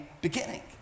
beginning